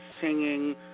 singing